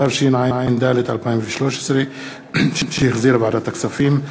התשע"ד 2013, שהחזירה ועדת הכספים,